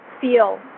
feel